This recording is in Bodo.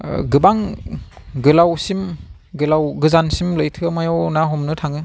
गोबां गोलावसिम गोलाव गोजानसिम लैथोमायाव ना हमनो थाङो